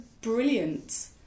brilliant